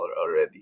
already